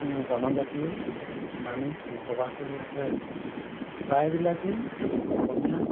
জনজাতীয় মানুহ বসবাস কৰি আছে প্ৰায়বিলাকেই অসমীয়া